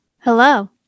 hello